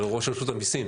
הוא ראש רשות המיסים.